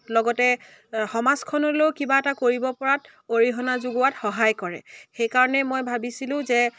লগতে সমাজখনলৈও কিবা এটা কৰিব পৰাত অৰিহণা যোগোৱাত সহায় কৰে সেইকাৰণে মই ভাবিছিলোঁ যে